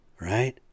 Right